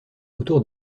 autour